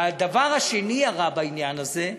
והדבר השני הרע בעניין הזה,